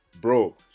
bro